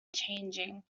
changing